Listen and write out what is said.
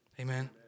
amen